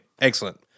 excellent